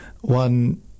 One